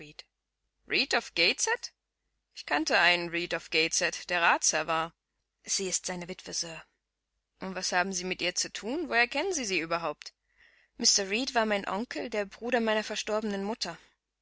auf gateshead ich kannte einen reed auf gateshead der ratsherr war sie ist seine witwe sir und was haben sie mit ihr zu thun woher kennen sie sie überhaupt mr reed war mein onkel der bruder meiner verstorbenen mutter